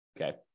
Okay